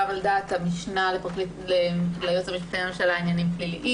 גם על דעת המשנה ליועץ המשפטי לממשלה (עניינים פליליים),